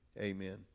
Amen